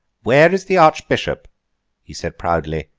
where is the archbishop he said proudly,